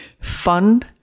fun